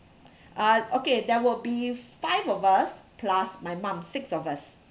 uh okay there will be five of us plus my mom six of us